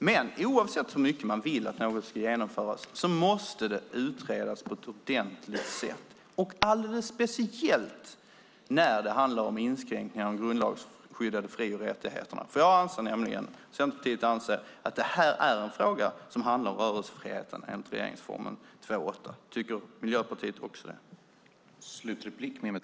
Men oavsett hur mycket man vill att något ska genomföras måste det utredas ordentligt, och alldeles speciellt när det handlar om inskränkningar i de grundlagsskyddade fri och rättigheterna. Jag och Centerpartiet anser nämligen att det här är en fråga som handlar om rörelsefriheten enligt regeringsformen 2:8. Tycker Miljöpartiet också det?